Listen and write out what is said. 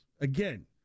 again